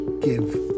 give